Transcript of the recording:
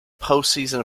postseason